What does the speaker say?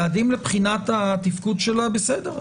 יעדים לבחינת התפקוד שלה בסדר,